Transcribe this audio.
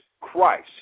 Christ